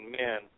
men